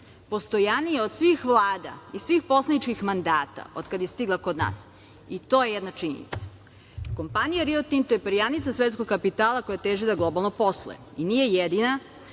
postojanija od svih vlada i svih poslaničkih mandata od kada je stigla kod nas, i to je jedna činjenica. Kompanija „Rio Tinto“ je perjanica svetskog kapitala, koja teži da globalno posluje, i nije jedina,